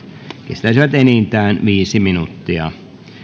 kestäisivät enintään viisi minuuttia